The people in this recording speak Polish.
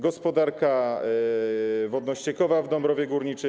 Gospodarka wodno-ściekowa w Dąbrowie Górniczej.